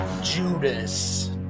judas